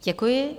Děkuji.